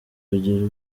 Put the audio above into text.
kugira